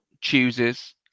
chooses